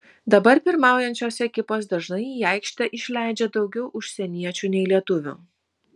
dabar pirmaujančios ekipos dažnai į aikštę išleidžia daugiau užsieniečių nei lietuvių